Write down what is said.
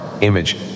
Image